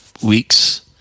weeks